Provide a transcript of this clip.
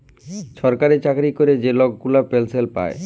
ছরকারি চাকরি ক্যরে যে লক গুলা পেলসল পায়